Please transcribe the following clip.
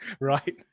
right